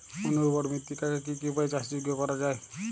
অনুর্বর মৃত্তিকাকে কি কি উপায়ে চাষযোগ্য করা যায়?